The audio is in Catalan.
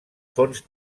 fonts